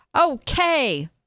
Okay